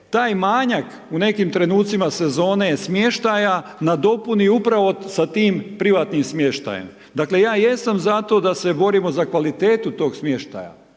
taj manjak u nekim trenucima sezone smještaja nadopuni upravo sa tim privatnim smještajem. Dakle, ja jesam za to da se borimo za kvalitetu toga smještaja.